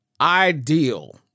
ideal